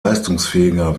leistungsfähiger